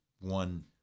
one